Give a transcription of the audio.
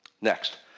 Next